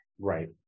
Right